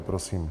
Prosím.